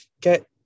get